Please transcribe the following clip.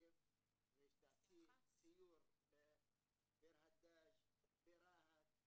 לנגב ושתעשי סיור בביר הדאג', ברהט,